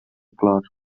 clor